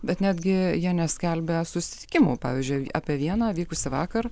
bet netgi jie neskelbia susitikimų pavyzdžiui apie vieną vykusį vakar